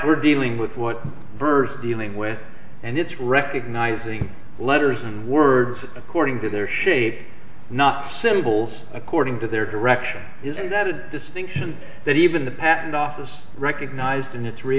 we're dealing with what verbs dealing with and it's recognising letters and words according to their shape not symbols according to their direction isn't that a distinction that even the patent office recognized in